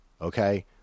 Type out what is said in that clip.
Okay